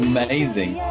Amazing